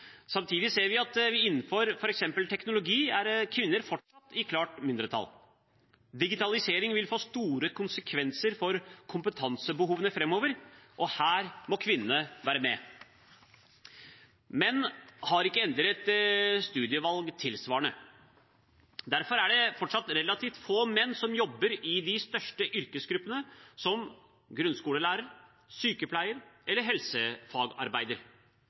Samtidig ser vi at innenfor f.eks. teknologi er kvinner fortsatt i klart mindretall. Digitalisering vil få store konsekvenser for kompetansebehovene framover, og her må kvinnene være med. Menn har ikke endret studievalg tilsvarende. Derfor er det fortsatt relativt få menn som jobber i de største yrkesgruppene, som grunnskolelærer, sykepleier eller helsefagarbeider.